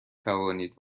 توانید